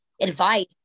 advice